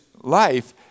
life